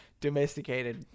domesticated